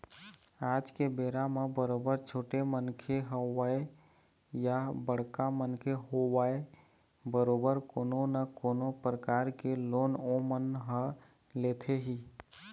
आज के बेरा म बरोबर छोटे मनखे होवय या बड़का मनखे होवय बरोबर कोनो न कोनो परकार के लोन ओमन ह लेथे ही